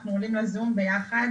אנחנו עולים לזום ביחד.